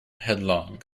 headlong